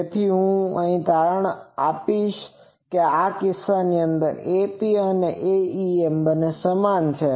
તેથી શું તારણ આપે છે કે આ કિસ્સામાં Ap અને Aem બંને સમાન છે